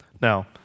Now